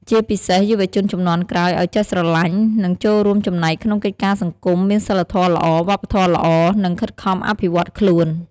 ជាពិសេស យុវជនជំនាន់ក្រោយ ឱ្យចេះស្រឡាញ់ និងចូលរួមចំណែកក្នុងកិច្ចការសង្គម មានសីលធម៌ល្អ វប្បធម៌ល្អ និងខិតខំអភិវឌ្ឍខ្លួន។